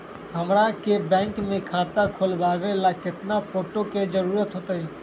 हमरा के बैंक में खाता खोलबाबे ला केतना फोटो के जरूरत होतई?